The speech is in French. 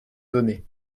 données